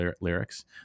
lyrics